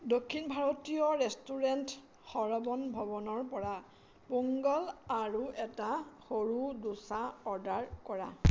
দক্ষিণ ভাৰতীয় ৰেষ্টুৰেণ্ট সৰৱণ ভৱনৰপৰা পোংগল আৰু এটা সৰু ডোছা অৰ্ডাৰ কৰা